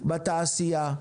בתעשייה,